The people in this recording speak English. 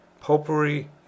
popery